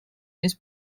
més